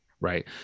right